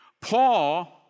Paul